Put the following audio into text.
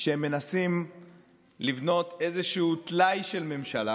הם מנסים לבנות איזשהו טלאי של ממשלה